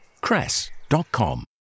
cress.com